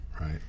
right